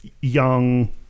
young